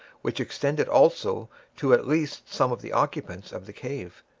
which extended also to at least some of the occupants of the cave.